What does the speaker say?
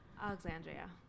Alexandria